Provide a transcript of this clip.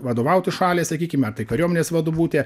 vadovauti šaliai sakykim ar tai kariuomenės vadu būti